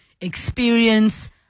experience